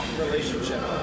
relationship